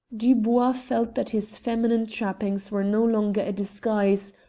dubois felt that his feminine trappings were no longer a disguise,